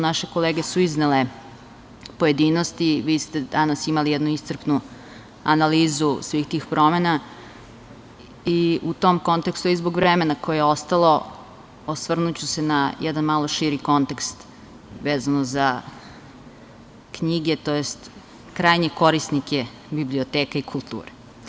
Naše kolege su iznele pojedinosti, vi ste danas imali jednu iscrpnu analizu svih tih promena i u tom kontekstu, a i zbog vremena koje je ostalo, osvrnuću se na jedan malo širi kontekst vezano za knjige, tj. krajnje korisnike biblioteka i kulture.